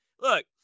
look